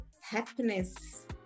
happiness